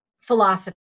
philosophy